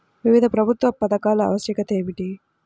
వివిధ ప్రభుత్వా పథకాల ఆవశ్యకత ఏమిటి?